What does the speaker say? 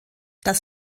das